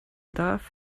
darf